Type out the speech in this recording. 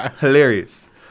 Hilarious